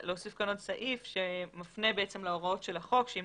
להוסיף כאן עוד סעיף שמפנה להוראות של החוק שאם